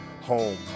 home